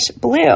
blue